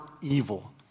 evil